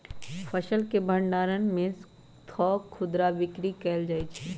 फसल के भण्डार से थोक खुदरा बिक्री कएल जाइ छइ